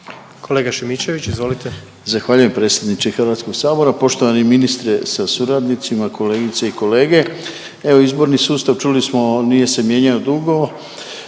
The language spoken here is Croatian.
**Šimičević, Rade (HDZ)** Zahvaljujem predsjedniče Hrvatskog sabora. Poštovani ministre sa suradnicima, kolegice i kolege, evo izborni sustav čuli smo nije se mijenjao dugo.